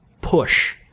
push